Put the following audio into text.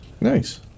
Nice